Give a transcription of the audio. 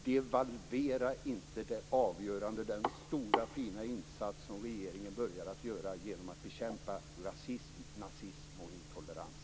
Devalvera inte den avgörande, stora, fina insats som regeringen påbörjat genom att bekämpa rasism, nazism och intolerans.